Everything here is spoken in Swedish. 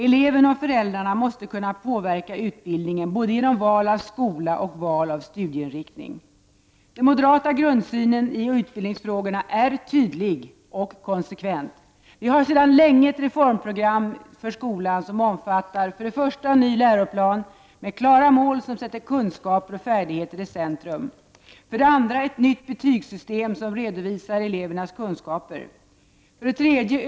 Eleven och föräldrarna måste kunna påverka utbildningen både genom val av skola och genom val av studieinriktning. Den moderata grundsynen i utbildningsfrågorna är tydlig och konsekvent. Vi har sedan länge ett reformprogram för skolan som omfattar: 1. En ny läroplan med klara mål som sätter kunskaper och färdigheter i centrum. 2. Ett nytt betygssystem som redovisar elevernas kunskaper. 3.